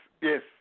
yes